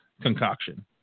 concoction